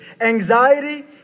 Anxiety